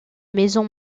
maison